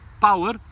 power